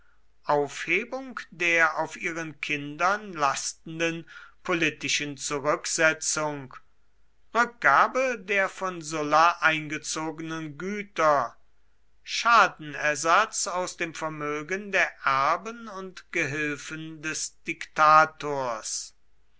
aufhebung der auf ihren kindern lastenden politischen zurücksetzung rückgabe der von sulla eingezogenen güter schadenersatz aus dem vermögen der erben und gehilfen des diktators